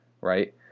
right